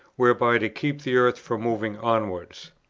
whereby to keep the earth from moving onwards?